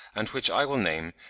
and which i will name,